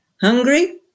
Hungry